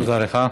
תודה לך.